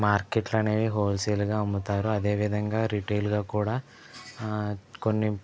మార్కెట్లు అనేవి హోల్సేల్గా అమ్ముతారు అదేవిధంగా రిటైల్గా కూడా కొన్ని